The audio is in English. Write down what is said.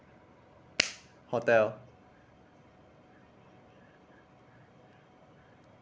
hotel